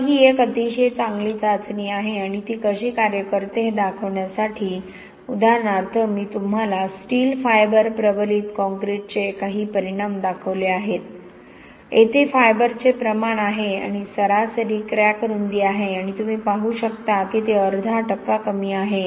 तर ही एक अतिशय चांगली चाचणी आहे आणि ती कशी कार्य करते हे दाखवण्यासाठी उदाहरणार्थ मी तुम्हाला स्टील फायबर प्रबलित कंक्रीटचे काही परिणाम दाखवले आहेत येथे फायबरचे प्रमाण आहे आणि सरासरी क्रॅक रुंदी आहे आणि तुम्ही पाहू शकता की ते अर्धा टक्का कमी आहे